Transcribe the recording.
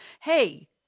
hey